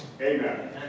Amen